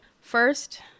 First